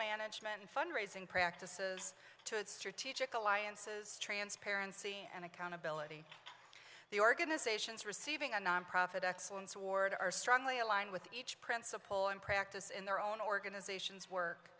management fundraising practices to strategic alliances transparency and accountability the organizations receiving a nonprofit excellence award are strongly aligned with each principle and practice in their own organizations work